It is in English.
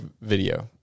video